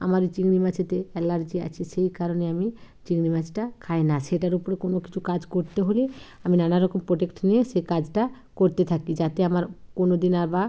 আমার চিংড়ি মাছেতে অ্যালার্জি আছে সেই কারণে আমি চিংড়ি মাছটা খাই না সেটার ওপরে কোনো কিছু কাজ করতে হলে আমি নানা রকম প্রোটেক্ট নিয়ে সে কাজটা করতে থাকি যাতে আমার কোনো দিনও বা